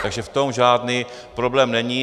Takže v tom žádný problém není.